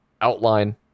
outline